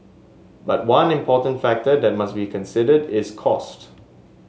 but one important factor that must be considered is cost